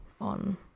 on